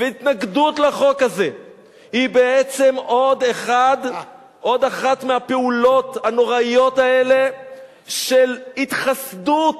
התנגדות לחוק הזה היא בעצם עוד אחת מהפעולות הנוראיות האלה של התחסדות.